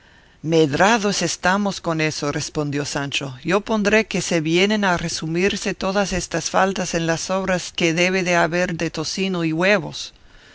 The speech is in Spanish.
medrados estamos con eso respondió sancho yo pondré que se vienen a resumirse todas estas faltas en las sobras que debe de haber de tocino y huevos